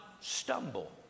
stumble